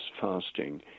fasting